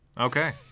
Okay